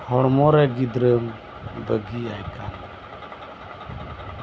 ᱦᱚᱲᱢᱚ ᱨᱮ ᱜᱤᱫᱽᱨᱟᱹᱢ ᱵᱟᱹᱜᱤᱭᱟᱭ ᱠᱟᱱᱟ